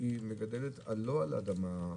הם מגדלים לא על אדמה,